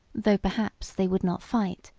though, perhaps, they would not fight,